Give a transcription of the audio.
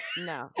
no